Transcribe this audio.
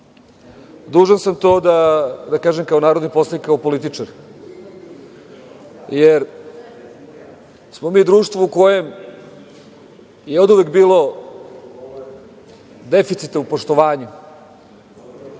mestu. Dužan sam to da kažem kao narodni poslanik i kao političar, jer smo mi društvo u kojem je oduvek bilo deficita u poštovanju